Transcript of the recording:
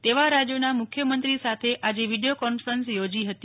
તેવા રાજયોના મુખ્યમંત્રી સાથે વિડીયો કોન્ફરન્સ યોજી હતી